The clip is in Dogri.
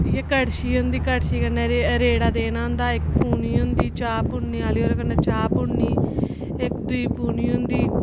इ'यै कड़छी होंदी कड़छी कन्नै रेड़ा देना होंदा इक पूनी होंदी चाह् पूनने आह्ली ओह्दे कन्नै चाह् पूननी इक दूई पूनी होंदी